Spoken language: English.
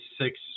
six